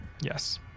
Yes